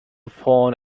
phone